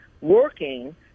working